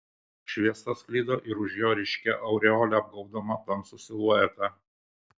šviesa sklido ir už jo ryškia aureole apgaubdama tamsų siluetą